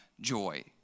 joy